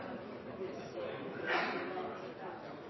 nå står